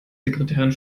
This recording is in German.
sekretärin